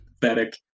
pathetic